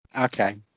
Okay